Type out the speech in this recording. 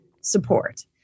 support